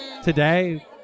today